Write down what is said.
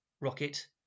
rocket